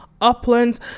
uplands